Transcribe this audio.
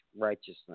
righteousness